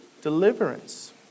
deliverance